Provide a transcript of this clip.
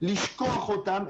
לשכוח אותם,